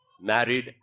married